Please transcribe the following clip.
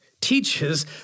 teaches